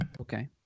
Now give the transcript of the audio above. okay